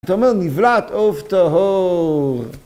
אתה אומר נבלעת עוף טהור